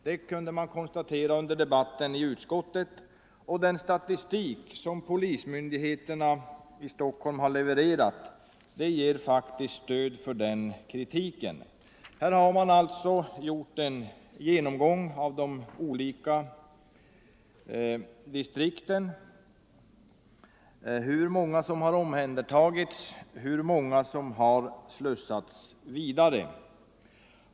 Det kunde man konstatera under debatten i utskottet, och den statistik som polismyndigheterna i Stockholm har levererat ger stöd för den kritiken. Här har man alltså gjort en genomgång av de olika distrikten. Man har tagit reda på hur många som omhändertagits och hur många som slussats vidare.